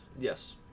Yes